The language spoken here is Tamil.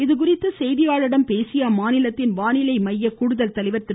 இதுகுறித்து செய்தியாளர்களிடம் பேசிய அம்மாநிலத்தின் வானிலை மைய கூடுதல் தலைவர் திரு